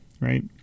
right